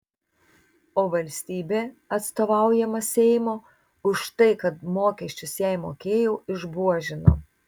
o valstybė atstovaujama seimo už tai kad mokesčius jai mokėjau išbuožino